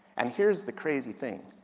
and here's the crazy thing,